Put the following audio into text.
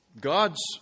God's